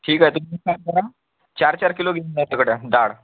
ठीक आहे तुम्ही काय करा चार चार किलो घेऊन जा सगळ्या डाळ